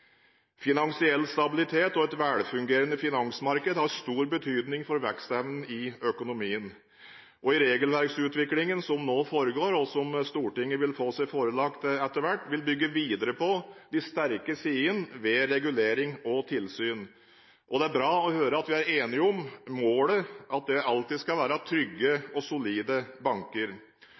Finansiell stabilitet og et velfungerende finansmarked har stor betydning for vekstevnen i økonomien. I regelverksutviklingen som nå foregår, og som Stortinget vil få seg forelagt etter hvert, vil vi bygge videre på de sterke sidene ved regulering og tilsyn. Det er bra å høre at vi er enige om målet: Det skal alltid være trygge og solide banker.